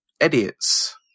idiots